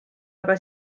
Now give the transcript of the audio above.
aga